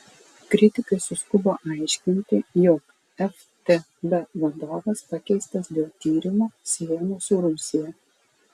kritikai suskubo aiškinti jog ftb vadovas pakeistas dėl tyrimo siejamo su rusija